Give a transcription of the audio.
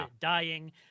dying